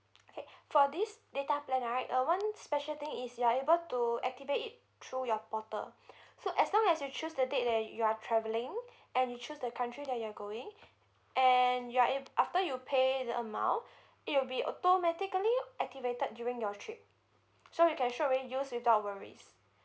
okay for this data plan right uh one special thing is you are able to activate it through your portal so as long as you choose the date that you are travelling and you choose the country that you're going and you're ab~ after you pay the amount it will be automatically activated during your trip so you can straightaway use without worries